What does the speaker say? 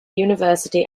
university